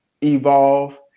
evolve